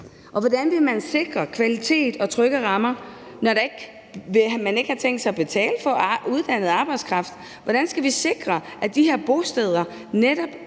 Og hvordan vil man sikre kvalitet og trygge rammer, når man ikke har tænkt sig at betale for uddannet arbejdskraft? Hvordan skal vi sikre, at de her bosteder netop